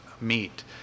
meet